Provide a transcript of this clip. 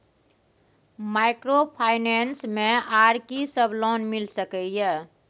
Microfinance मे आर की सब लोन मिल सके ये?